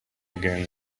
again